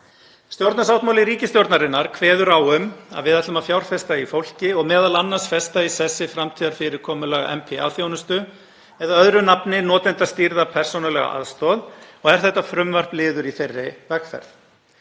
Stjórnarsáttmáli ríkisstjórnarinnar kveður á um að við ætlum að fjárfesta í fólki og meðal annars festa í sessi framtíðarfyrirkomulag NPA-þjónustu eða öðru nafni notendastýrða persónulega aðstoð og er þetta frumvarp liður í þeirri vegferð.